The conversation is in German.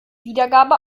wiedergabe